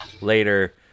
later